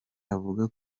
avuga